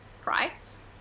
price